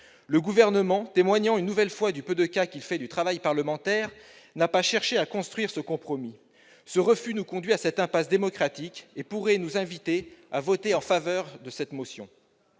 Le Gouvernement, marquant une nouvelle fois le peu de cas qu'il fait du travail parlementaire, n'a pas cherché à construire sur ce compromis. Ce refus nous conduit à cette impasse démocratique et pourrait nous inciter à voter en faveur de l'adoption